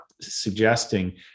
suggesting